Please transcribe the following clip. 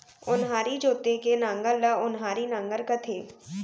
ओन्हारी जोते के नांगर ल ओन्हारी नांगर कथें